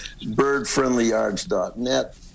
Birdfriendlyyards.net